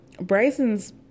Bryson's